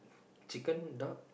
chicken duck